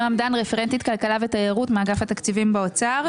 רפרנטית כלכלה ותיירות, אגף התקציבים, משרד האוצר.